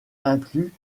inclut